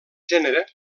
gènere